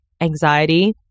anxiety